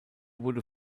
wurde